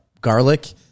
garlic